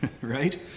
right